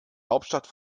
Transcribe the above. hauptstadt